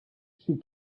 she